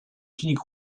tunique